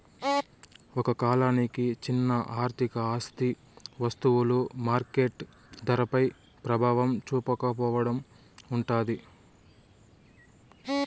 ఒక కాలానికి చిన్న ఆర్థిక ఆస్తి వస్తువులు మార్కెట్ ధరపై ప్రభావం చూపకపోవడం ఉంటాది